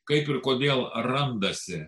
kaip ir kodėl randasi